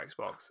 Xbox